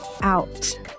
out